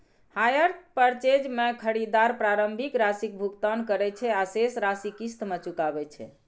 hire purchase मे खरीदार प्रारंभिक राशिक भुगतान करै छै आ शेष राशि किस्त मे चुकाबै छै